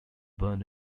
born